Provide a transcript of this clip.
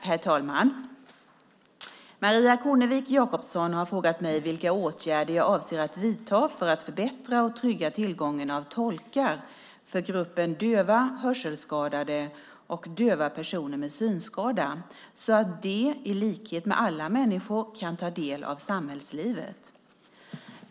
Herr talman! Maria Kornevik Jakobsson har frågat mig vilka åtgärder jag avser att vidta för att förbättra och trygga tillgången till tolkar för gruppen döva, hörselskadade och döva personer med synskada så att de, i likhet med alla människor, kan ta del av samhällslivet.